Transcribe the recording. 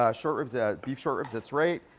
ah short ribs. beef short ribs. that's right.